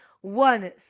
one